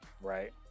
Right